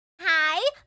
Hi